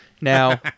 Now